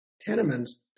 tenements